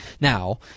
Now